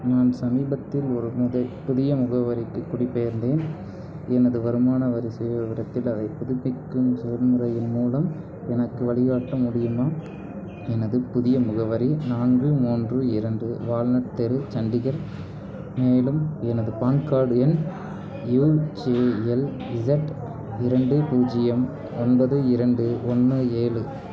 நான் சமீபத்தில் ஒரு முக புதிய முகவரிக்கு குடிபெயர்ந்தேன் எனது வருமான வரி சுயவிவரத்தில் அதை புதுப்பிக்கும் செயல்முறையின் மூலம் எனக்கு வழிகாட்ட முடியுமா எனது புதிய முகவரி நான்கு மூன்று இரண்டு வால்நட் தெரு சண்டிகர் மேலும் எனது பான் கார்ட் எண் யுஜேஎல்இசட் இரண்டு பூஜ்ஜியம் ஒன்பது இரண்டு ஒன்று ஏழு